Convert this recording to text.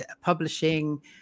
publishing